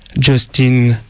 Justin